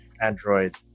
android